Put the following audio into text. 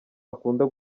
akunda